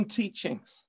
teachings